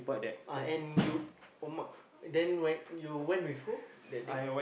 ah and you uh ma~ then when you went with who that day